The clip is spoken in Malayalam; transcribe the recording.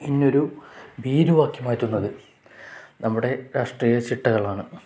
എന്നെ ഒരു ഭീരുവാക്കി മാറ്റുന്നത് നമ്മുടെ രാഷ്ട്രീയ ചിട്ടകളാണ്